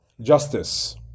justice